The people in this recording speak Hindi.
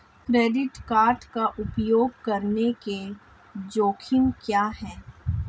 क्रेडिट कार्ड का उपयोग करने के जोखिम क्या हैं?